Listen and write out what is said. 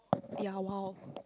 yeah wild